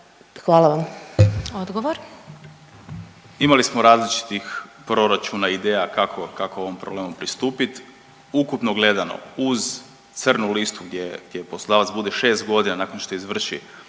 Ivan** Imali smo različitih proračuna, ideja kako ovom problemu pristupiti. Ukupno gledano uz crnu listu gdje poslodavac bude šest godina nakon što izvrši,